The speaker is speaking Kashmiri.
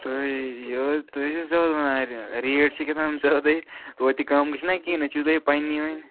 تُہۍ یے یٲتۍ تُہۍ چھِو زیادٕ وَنان ریٹ ریٹ چھِ کیٛاہتام زیادے توتہِ کم چھُنہٕ کِہیٖنٛۍ مےٚ چھِ تُہۍ پَنٕنی وۅنۍ